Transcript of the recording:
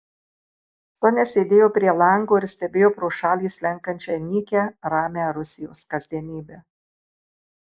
sonia sėdėjo prie lango ir stebėjo pro šalį slenkančią nykią ramią rusijos kasdienybę